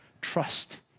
trust